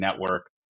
network